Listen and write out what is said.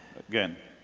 again.